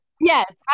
Yes